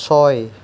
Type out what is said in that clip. ছয়